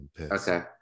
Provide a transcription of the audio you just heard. Okay